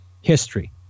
History